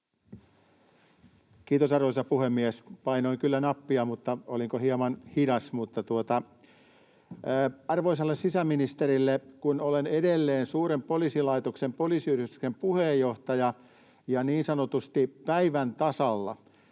Kiitos, arvoisa puhemies! Painoin kyllä nappia, mutta olinko hieman hidas. Arvoisalle sisäministerille, kun olen edelleen suuren poliisilaitoksen poliisiyhdistyksen puheenjohtaja ja niin sanotusti päivän tasalla: